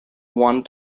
one